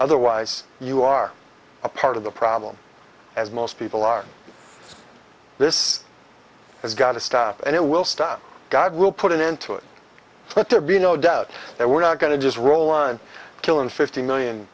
otherwise you are a part of the problem as most people are this has got to stop and it will stop god will put an end to it let there be no doubt that we're not going to just roll and kill and fifty million